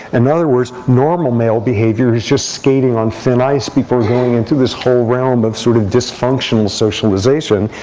in other words, normal male behavior is just skating on thin ice before going into this whole realm of sort of dysfunctional socialization.